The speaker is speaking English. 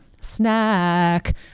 snack